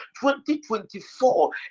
2024